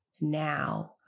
now